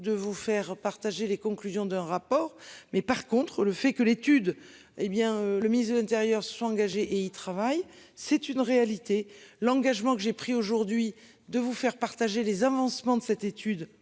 De vous faire partager les conclusions d'un rapport mais par contre le fait que l'étude hé bien le ministre de l'Intérieur, soit engager et il travaille. C'est une réalité, l'engagement que j'ai pris aujourd'hui de vous faire partager les avancements de cette étude